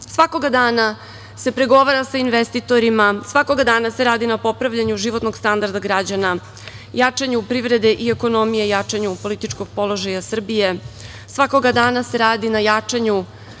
Svakog dana se pregovara sa investitorima, svakog dana se radi na popravljanju životnog standarda građana, jačanju privrede i ekonomije, jačanju političkog položaja Srbije. Svakog dana se radi na jačanju,